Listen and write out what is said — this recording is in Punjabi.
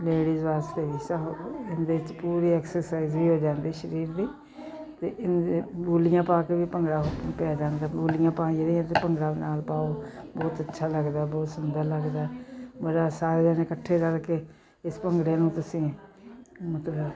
ਲੇਡੀਜ਼ ਵਾਸਤੇ ਵੀ ਸਭ ਇਹਦੇ 'ਚ ਪੂਰੀ ਐਕਸਰਸਾਈਜ਼ ਵੀ ਹੋ ਜਾਂਦੀ ਸਰੀਰ ਦੀ ਅਤੇ ਇਹਦੇ ਬੋਲੀਆਂ ਪਾ ਕੇ ਵੀ ਭੰਗੜਾ ਪੈ ਜਾਂਦਾ ਬੋਲੀਆਂ ਪਾਈਏ ਅਤੇ ਭੰਗੜਾ ਨਾਲ ਪਾਓ ਬਹੁਤ ਅੱਛਾ ਲੱਗਦਾ ਬਹੁਤ ਸੁੰਦਰ ਲੱਗਦਾ ਬੜਾ ਸਾਰੇ ਜਾਣੇ ਇਕੱਠੇ ਕਰਕੇ ਇਸ ਭੰਗੜੇ ਨੂੰ ਤੁਸੀਂ ਮਤਲਬ